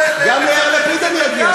גם ליאיר לפיד אני אגיע.